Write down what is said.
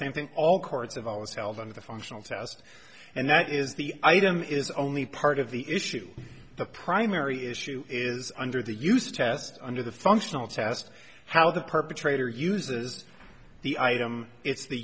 same thing all courts have always held on the functional test and that is the item is only part of the issue the primary issue is under the used test under the functional test how the perpetrator uses the item it's the